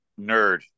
nerd